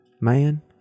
man